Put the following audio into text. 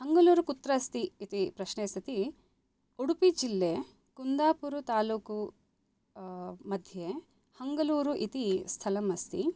हङ्गलूरु कुत्र अस्ति इति प्रश्ने सति उडुपि जिल्ले कुन्दापुरतालूकु मध्ये हङ्गलूरु इति स्थलम् अस्ति